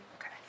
Okay